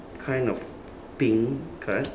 kind of pink card